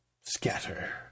scatter